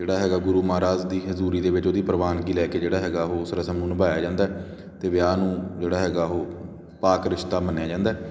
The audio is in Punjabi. ਜਿਹੜਾ ਹੈਗਾ ਗੁਰੂ ਮਹਾਰਾਜ ਦੀ ਹਜ਼ੂਰੀ ਦੇ ਵਿੱਚ ਉਹਦੀ ਪ੍ਰਵਾਨਗੀ ਲੈ ਕੇ ਜਿਹੜਾ ਹੈਗਾ ਉਹ ਉਸ ਰਸਮ ਨੂੰ ਨਿਭਾਇਆ ਜਾਂਦਾ ਅਤੇ ਵਿਆਹ ਨੂੰ ਜਿਹੜਾ ਹੈਗਾ ਉਹ ਪਾਕ ਰਿਸ਼ਤਾ ਮੰਨਿਆ ਜਾਂਦਾ